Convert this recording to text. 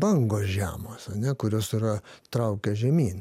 bangos žemos ane kurios yra traukia žemyn